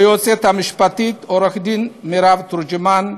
ליועצת המשפטית עורכת-הדין מירב תורג'מן,